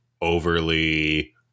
overly